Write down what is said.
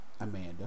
Amanda